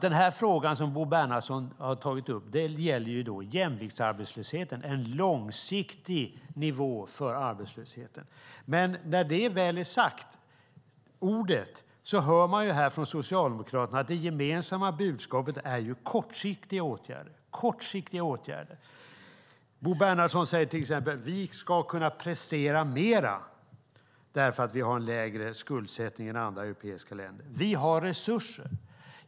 Den fråga som Bo Bernhardsson har tagit upp gäller jämviktsarbetslösheten, en långsiktig nivå för arbetslösheten. Men när det ordet väl är sagt hör man från Socialdemokraterna här att det gemensamma budskapet är kortsiktiga åtgärder. Bo Bernhardsson säger till exempel att vi ska kunna prestera mer därför att vi har lägre skuldsättning än andra europeiska länder och att vi har resurser.